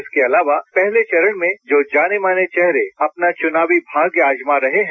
इसके अलावा पहले चरण में जो जाने माने चेहरे अपना चुनावी भाग्य आजमा रहे हैं